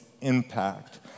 impact